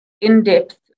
in-depth